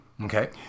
okay